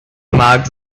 marked